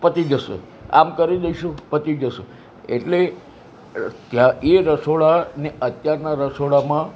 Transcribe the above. પતી જશે આમ કરી દઈશું પતી જશે એટલે એ રસોડા ને અને અત્યારનાં રસોડામાં